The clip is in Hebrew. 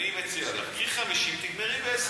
אני מציע לך, קחי 50, תגמרי ב-20.